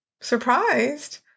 surprised